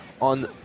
on